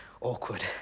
Awkward